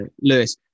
Lewis